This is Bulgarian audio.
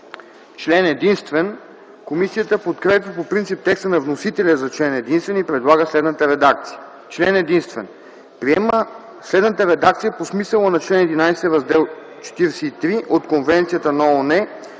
ДИМИТРОВ: Комисията подкрепя по принцип текста на вносителя за член единствен и предлага следната редакция: „Член единствен. Приема следната декларация по смисъла на чл. ХІ, Раздел 43 от Конвенцията на ООН